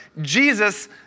Jesus